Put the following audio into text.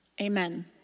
Amen